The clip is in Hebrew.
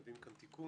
מביאים פה תיקון.